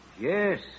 yes